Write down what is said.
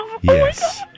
yes